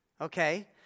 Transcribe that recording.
Okay